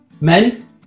Men